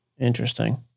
Interesting